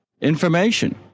information